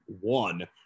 one